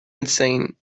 insane